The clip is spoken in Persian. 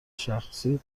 شخصی